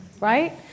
right